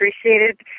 appreciated